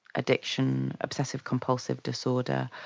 addiction, obsessive-compulsive disorder,